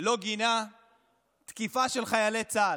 לא גינה תקיפה של חיילי צה"ל.